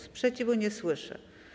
Sprzeciwu nie słyszę.